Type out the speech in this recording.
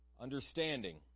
Understanding